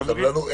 שבגלל טעות,